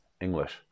English